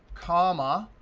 comma,